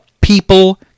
people